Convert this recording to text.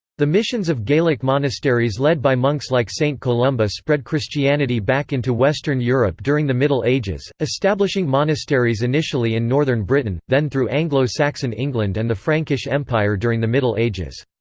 the missions of gaelic monasteries led by monks like st columba spread christianity back into western europe during the middle ages, establishing monasteries initially in northern britain, then through anglo-saxon england and the frankish empire during the middle ages.